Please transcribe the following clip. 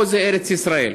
פה זה ארץ ישראל",